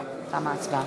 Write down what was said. לא.